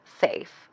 safe